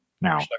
Now